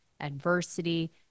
adversity